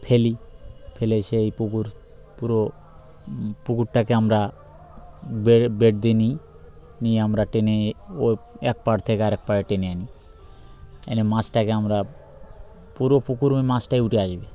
ফেলি ফেলে সেই পুকুর পুরো পুকুরটাকে আমরা বেড়ে বেড় দিয়ে নিই নিয়ে আমরা টেনে ওই এক পাড় থেকে আরেক পাড়ে টেনে আনি এনে মাছটাকে আমরা পুরো পুকুর ওই মাছটাই উঠে আসবে